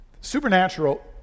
Supernatural